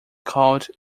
called